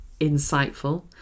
insightful